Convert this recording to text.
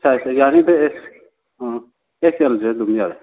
size ꯌꯥꯅꯤꯗ x ꯑꯥ x ꯑꯦꯜꯁꯦ ꯑꯗꯨꯝ ꯌꯥꯔꯦ